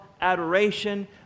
adoration